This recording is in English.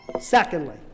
Secondly